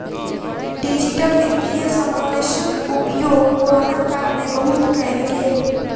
digital वित्तीय समावेशक उपयोग कोरोना काल में बहुत कयल गेल